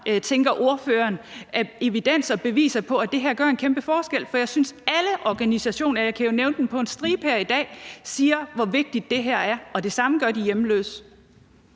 tænker ordføreren, af evidens og beviser på, at det her gør en kæmpe forskel? For alle organisationer, og jeg kan jo nævne dem på stribe her i dag, siger, hvor vigtigt det her er, og det samme gør de hjemløse.